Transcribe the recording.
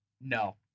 no